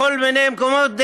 בכל מיני מקומות,